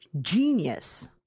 genius